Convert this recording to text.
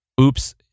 oops